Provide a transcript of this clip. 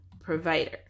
provider